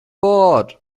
bord